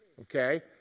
okay